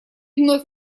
вновь